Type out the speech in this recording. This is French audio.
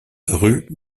rue